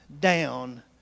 down